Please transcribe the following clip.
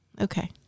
Okay